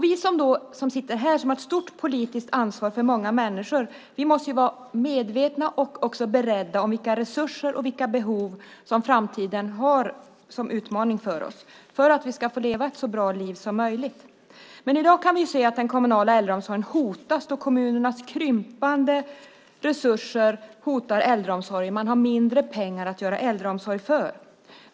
Vi här som har ett stort politiskt ansvar för många människor måste vara medvetna om och också beredda på de resurser och behov som är framtidens utmaningar för oss just för att få leva ett så bra liv som möjligt. Men i dag kan vi se att den kommunala äldreomsorgen hotas då kommunernas krympande resurser hotar äldreomsorgen. Man har mindre pengar att göra äldreomsorg för.